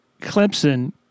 Clemson